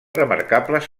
remarcables